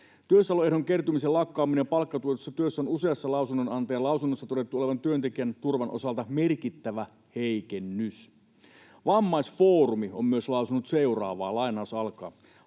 Työssäoloehdon kertymisen lakkaamisen palkkatuetussa työssä on useassa lausunnonantajan lausunnossa todettu olevan työntekijän turvan osalta merkittävä heikennys. Vammaisfoorumi on myös lausunut seuraavaa: ”Hallituksen